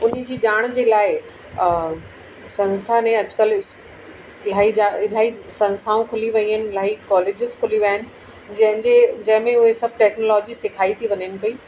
उनजी ॼाण जे लाइ संस्था ने अॼकल्ह स्कूल इलाही जा इलाही संस्थाऊं खुली वियूं आहिनि इलाही कॉलेज़िस खुली विया आहिनि जंहिंजे जंहिंमें उहे सभु टेक्नोलॉजी सिखायी थी वञनि पियूं